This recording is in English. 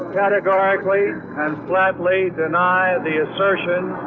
categorically and flatly deny the assertions